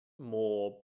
more